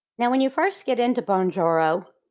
now, when you first get into bonjoro,